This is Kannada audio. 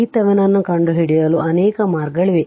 VThevenin ಅನ್ನು ಕಂಡುಹಿಡಿಯಲು ಇನ್ನೂ ಅನೇಕ ಮಾರ್ಗಗಳಿವೆ